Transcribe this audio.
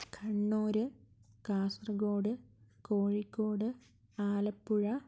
Kannur Kasaragod Kozhikode Alappuzha